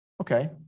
okay